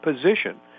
position